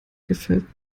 gefällt